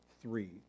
three